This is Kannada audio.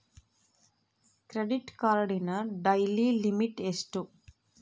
ಕ್ರೆಡಿಟ್ ಕಾರ್ಡಿನ ಡೈಲಿ ಲಿಮಿಟ್ ಎಷ್ಟು?